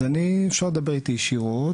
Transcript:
אז אפשר לדבר איתי ישירות,